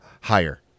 higher